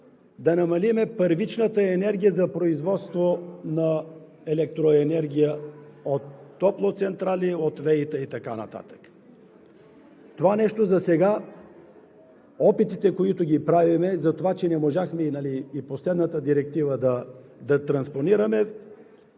да намалим първичната енергия за производство на електроенергия от топлоцентрали, от ВЕИ-та и така нататък. Това нещо засега – опитите, които правим, затова че не можахме и последната Директива да транспонираме,